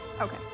Okay